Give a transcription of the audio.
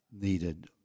needed